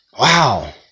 Wow